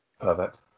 Perfect